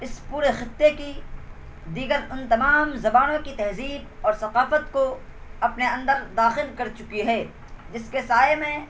اس پورے خطے کی دیگر ان تمام زبانوں کی تہذہب اور ثقافت کو اپنے اندر داخل کر چکی ہے جس کے سائے میں